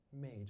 made